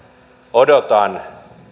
odotan